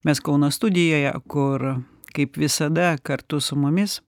mes kauno studijoje kur kaip visada kartu su mumis